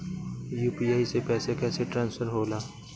UPI से पैसा कैसे ट्रांसफर होला?